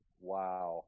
wow